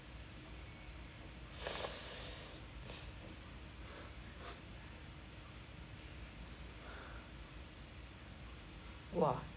!wah!